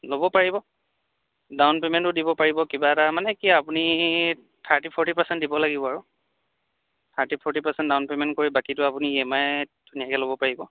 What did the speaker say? ল'ব পাৰিব ডাউন পে'মেণ্টটো দিব পাৰিব কিবা এটা মানে কি আপুনি থাৰ্টি ফৰ্টি পাৰ্চেণ্ট দিব লাগিব আৰু thirty forty percent down payment কৰি বাকীটো আপুনি ই এম আইত ধুনীয়াকৈ ল'ব পাৰিব